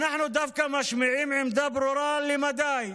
אנחנו דווקא משמיעים עמדה ברורה למדי: